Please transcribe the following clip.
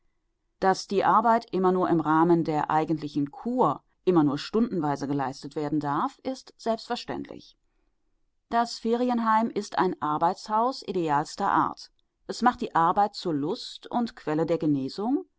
daß die arbeit immer nur im rahmen der eigentlichen kur immer nur stundenweise geleistet werden darf ist selbstverständlich das ferienheim ist ein arbeitshaus idealster art es macht die arbeit zur lust und quelle der genesung